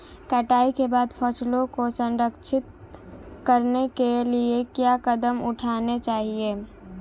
कटाई के बाद फसलों को संरक्षित करने के लिए क्या कदम उठाने चाहिए?